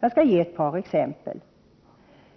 Jag skall ge ett par exempel.